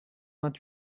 vingt